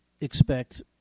expect